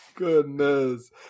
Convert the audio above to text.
Goodness